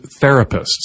therapists